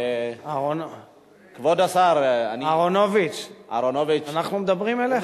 כבוד השר, אהרונוביץ, אנחנו מדברים אליך.